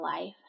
life